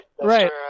Right